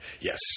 Yes